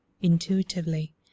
intuitively